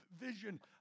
vision